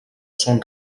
són